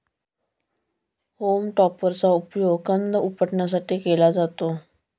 home टॉपरचा उपयोग कंद उपटण्यासाठी केला जातो